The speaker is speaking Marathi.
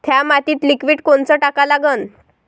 थ्या मातीत लिक्विड कोनचं टाका लागन?